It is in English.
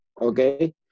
Okay